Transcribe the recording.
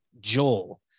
Joel